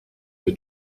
the